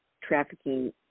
trafficking